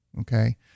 okay